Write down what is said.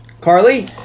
Carly